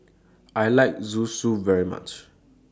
I like Zosui very much